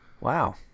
Wow